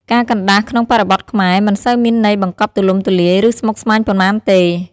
ការកណ្ដាស់ក្នុងបរិបទខ្មែរ មិនសូវមានន័យបង្កប់ទូលំទូលាយ ឬស្មុគស្មាញប៉ុន្មានទេ។